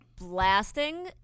blasting